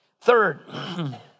Third